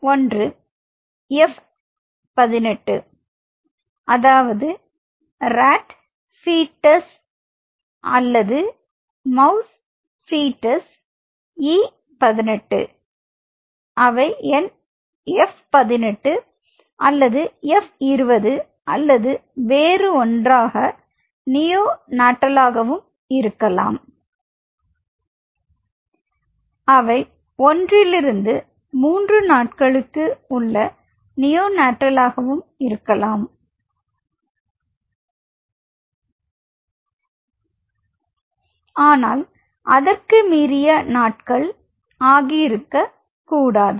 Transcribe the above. ஒன்று F18 அதாவது rat fetus அல்லது MUUSE fetus E 18 அவை எண் F18 அல்லது F20 அல்லது வேறு ஒன்றாக நியோ நாட்டலாகவும் இருக்கலாம் அவை ஒன்றிலிருந்து மூன்று நாட்களுக்கு உள்ள நியோ நாட்டலாகவும் இருக்கலாம் ஆனால் அதற்கு மீறிய நாட்கள் ஆகியிருக்க கூடாது